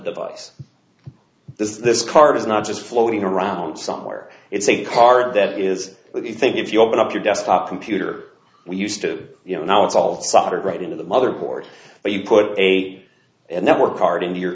device is this card is not just floating around somewhere it's a card that is what you think if you open up your desktop computer we used to you know now it's all soldered right into the motherboard but you put eight and network card into your